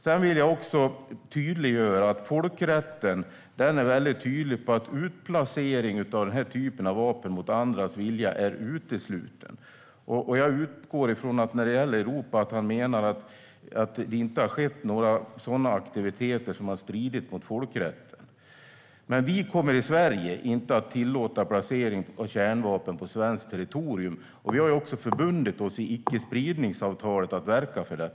Jag vill tydliggöra att folkrätten är tydlig med att utplacering av denna typ av vapen mot andras vilja är utesluten. Jag utgår ifrån att man när det gäller Europa menar att det inte har skett några aktiviteter som har stridit mot folkrätten. Men vi kommer i Sverige inte att tillåta placering av kärnvapen på svenskt territorium. Vi har också förbundit oss i icke-spridningsavtalet att verka för detta.